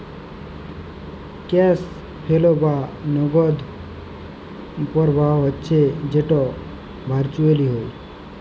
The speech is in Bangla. ক্যাশ ফোলো বা নগদ পরবাহ হচ্যে যেট ভারচুয়েলি হ্যয়